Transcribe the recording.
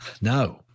No